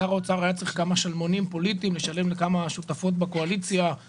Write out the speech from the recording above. שר האוצר היה צריך כמה שלמונים פוליטיים לשלם לכמה שותפות בקואליציה על